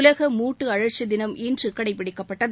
உலக மூட்டு அழற்சி தினம் இன்று கடைப்பிடிக்கப்பட்டது